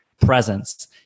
presence